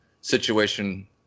situation